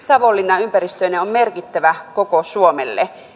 savonlinna ympäristöineen on merkittävä koko suomelle